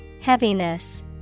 Heaviness